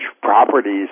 properties